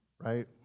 right